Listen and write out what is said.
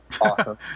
awesome